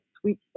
sweet